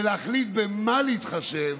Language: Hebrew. להחליט במה להתחשב